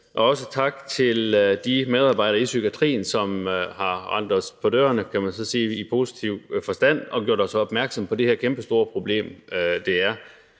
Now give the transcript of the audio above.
og tak til de medarbejdere i psykiatrien, som har rendt os på dørene, kan man så sige i positiv forstand, og gjort os opmærksom på det her kæmpestore problem, som det er,